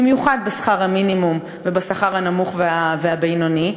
במיוחד בשכר המינימום ובשכר הנמוך והבינוני,